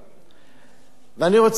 ואני רוצה לומר לך, אדוני היושב-ראש,